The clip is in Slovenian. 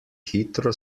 hitro